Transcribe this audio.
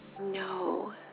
No